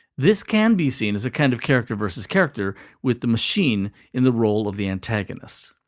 this can be seen as a kind of character vs. character, with the machine in the role of the antagonist.